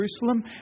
Jerusalem